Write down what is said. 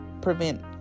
prevent